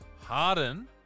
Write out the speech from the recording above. Harden